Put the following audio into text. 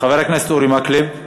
חבר הכנסת אורי מקלב.